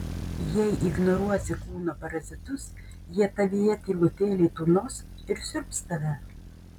jei ignoruosi kūno parazitus jie tavyje tylutėliai tūnos ir siurbs tave